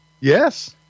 Yes